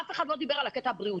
אף אחד לא דיבר על הקטע הבריאותי.